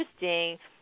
interesting